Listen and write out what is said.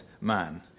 man